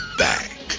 back